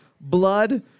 blood